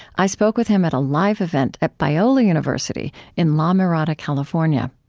i spoke with him at a live event at biola university in la mirada, california